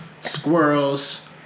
squirrels